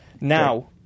Now